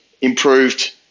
improved